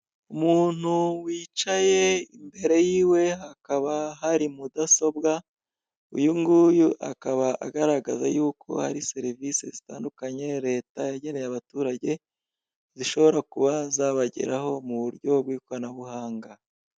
Umuntu wicaye imbere yiwe hakaba hari mudasobwa, uyunguyu akaba agaragaza yuko hari serivise zitandukanye leta yageneye abaturage, zishobora kuba zabageraho mu buryo bw'ikoranabuhanga.